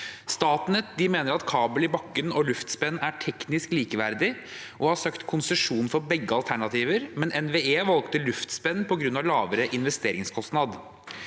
Statnett mener kabel i bakken og luftspenn er teknisk likeverdige og har søkt konsesjon for begge alternativer, men NVE valgte luftspenn på grunn av lavere investeringskostnad.